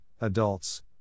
adults